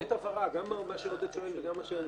שאלות הבהרה, גם מה שעודד שואל וגם מה שאני.